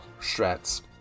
strats